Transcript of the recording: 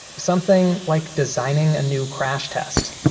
something like designing a new crash test,